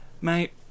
Mate